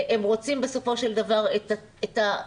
הם רוצים בסופו של דבר את העובדים,